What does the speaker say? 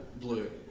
Blue